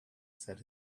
said